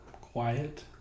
Quiet